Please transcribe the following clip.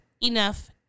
enough